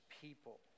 people